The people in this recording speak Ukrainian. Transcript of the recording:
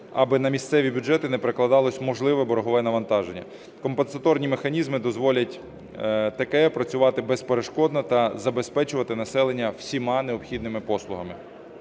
аби на місцеві бюджети не перекладалося можливе боргове навантаження. Компенсаторні механізми дозволять ТКЕ працювати безперешкодно та забезпечувати населення всіма необхідними послугами.